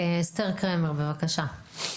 אסתר קרמר, בבקשה.